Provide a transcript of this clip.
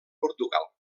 portugal